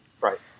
Right